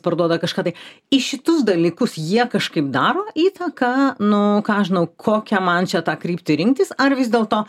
parduoda kažką tai į šitus dalykus jie kažkaip daro įtaką nu ką aš žinau kokią man čia tą kryptį rinktis ar vis dėlto